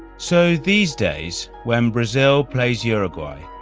so these days when brazil plays uruguay,